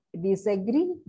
disagree